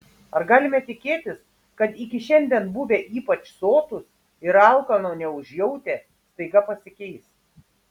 ar galime tikėtis kad iki šiandien buvę ypač sotūs ir alkano neužjautę staiga pasikeis